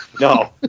No